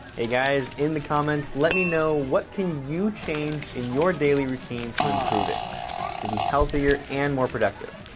hey, guys, in the comments, let me know what can you change in your daily routine to improve it to be healthier and more productive?